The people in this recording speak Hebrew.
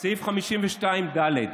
סעיף 52ד,